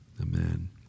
amen